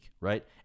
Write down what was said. right